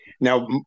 Now